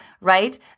right